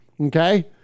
Okay